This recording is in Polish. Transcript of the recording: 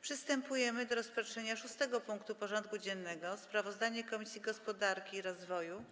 Przystępujemy do rozpatrzenia punktu 6. porządku dziennego: Sprawozdanie Komisji Gospodarki i Rozwoju